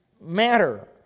matter